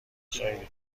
خیلی